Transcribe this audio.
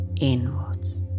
inwards